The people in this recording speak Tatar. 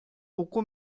уку